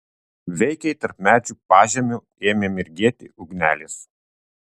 veikiai tarp medžių pažemiu ėmė mirgėti ugnelės